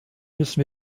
müssen